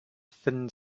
thin